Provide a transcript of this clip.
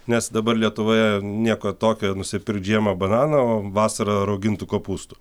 nes dabar lietuvoje nieko tokio nusipirkt žiemą bananą o vasarą raugintų kopūstų